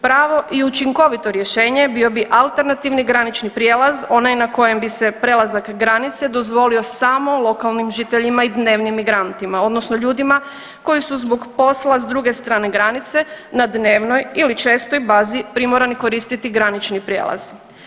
Pravo i učinkovito rješenje bio bi alternativni granični prijelaz, onaj na kojem bi se prelazak granice dozvolio samo lokalnim žiteljima i dnevnim migrantima, odnosno ljudima koji su zbog posla s druge strane granice na dnevnoj ili čestoj bazi primorani koristiti granični prijelaz.